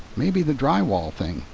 maybe the drywall thing.